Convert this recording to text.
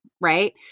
right